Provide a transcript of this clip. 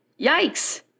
yikes